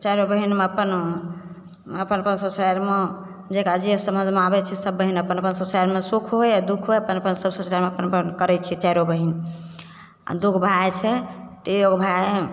चारिओ बहिनमे अपन अपन अपन ससुरारिमे जकरा जे समझमे आबै छै सभ बहिन अपन अपन ससुरारिमे सुख होइ दुख होइ अपन अपन सभ ससुरारिमे अपन करै छै चारिओ बहिन आओर दुइगो भाइ छै तऽ एगो भाइ हइ